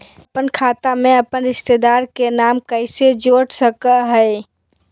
अपन खाता में अपन रिश्तेदार के नाम कैसे जोड़ा सकिए हई?